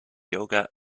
yoga